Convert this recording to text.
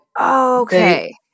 okay